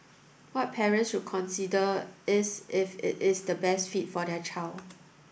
what parents should consider is if it is the best fit for their child